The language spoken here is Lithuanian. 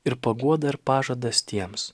ir paguoda ir pažadas tiems